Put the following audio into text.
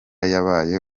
yabaye